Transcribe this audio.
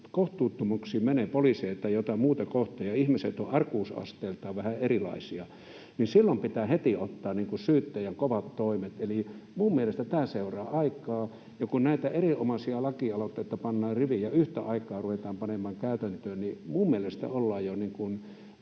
kohtuuttomuuksiin menee poliiseja tai jotain muuta kohtaan — ja ihmiset ovat arkuusasteeltaan vähän erilaisia — niin silloin pitää heti ottaa syyttäjän kovat toimet. Eli minun mielestäni tämä seuraa aikaa, ja kun näitä erinomaisia lakialoitteita pannaan riviin ja yhtä aikaa ruvetaan panemaan käytäntöön, niin minun mielestäni ollaan jo